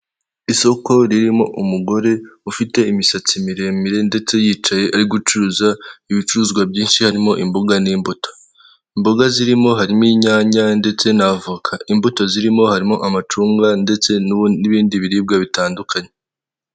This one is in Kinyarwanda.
Isoko ririmo umugore ufite imisatsi miremire ndetse yicaye ari gucuruza ibicuruzwa byinshi harimo imboga n'imbuto, imboga zirimo harimo inyanya ndetse na avoka, imbuto zirimo harimo amacunga ndetse n'ibindi biribwa bitandukanye.